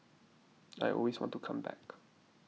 I always want to come back